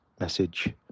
message